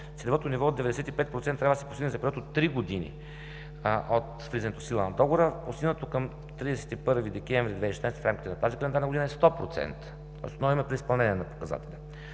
Целевото ниво от 95% трябва да се постигне за период от три години от влизането в сила на договора. Постигнато към 31 декември 2016 г., в рамките на тази календарна година, е 100%. Отново имаме преизпълнение на показателя.